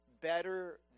better